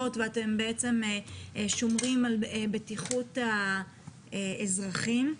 ואתם בעצם שומרים על בטיחות האזרחים.